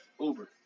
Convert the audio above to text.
Uber